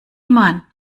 mann